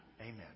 Amen